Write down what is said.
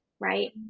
right